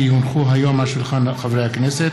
כי הונחו היום על שולחן הכנסת,